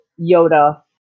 Yoda